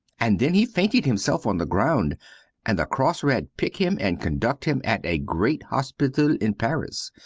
and then he fainted himself on the ground and the cross red pick him and conduct him at a great hospital in paris.